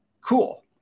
Cool